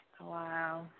Wow